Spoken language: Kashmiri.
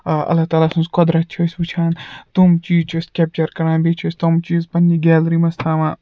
آ اللہ تعالیٰ سٕنٛز قۄدرَت چھِ أسۍ وُچھان تِم چیٖز چھِ أسۍ کیپچَر کَران بیٚیہِ چھِ أسۍ تِم چیٖز پَنٕنہِ گیلری منٛز تھاوان